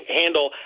handle